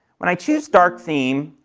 when i choose dark theme,